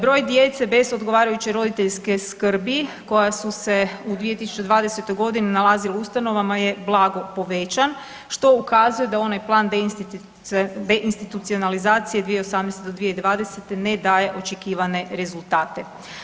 Broj djece bez odgovarajuće roditeljske skrbi koja su se u 2020. godini nalazili u ustanovama je blago povećan što ukazuje da onaj plan deinstitucionalizacije 2018. do 2020. ne daje očekivane rezultate.